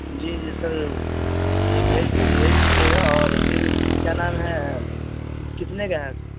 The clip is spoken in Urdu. جی جی سر جی بھیج بھیج دیجیے گا اور پھر کیا نام ہے کتنے کا ہے